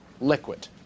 liquid